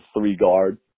three-guards